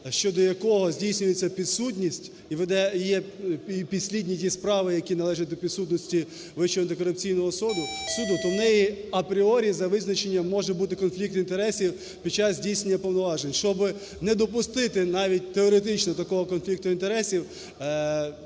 щодо якого здійснюється підсудність і видає підслідні ті справи, які належать до підсудності Вищого антикорупційного суду, то в неї апріорі за визначенням може бути конфлікт інтересів під час здійснення повноважень. І щоби не допустити навіть теоретично навіть такого конфлікту інтересів